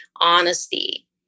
honesty